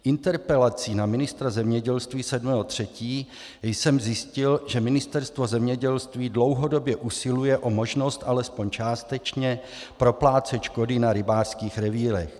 Interpelací na ministra zemědělství 7. 3. jsem zjistil, že Ministerstvo zemědělství dlouhodobě usiluje o možnost alespoň částečně proplácet škody na rybářských revírech.